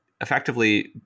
effectively